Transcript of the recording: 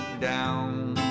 down